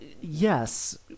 yes